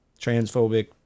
transphobic